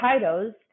titles